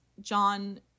John